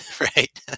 Right